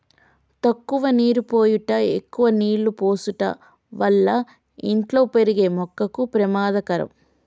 తక్కువ నీరు పోయుట ఎక్కువ నీళ్ళు పోసుట వల్ల ఇంట్లో పెరిగే మొక్కకు పెమాదకరం